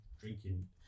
drinking